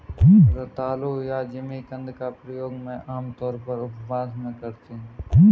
रतालू या जिमीकंद का प्रयोग मैं आमतौर पर उपवास में करती हूँ